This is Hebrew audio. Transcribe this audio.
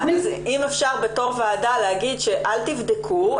אם אפשר בתור ועדה להגיד שאל תבדקו,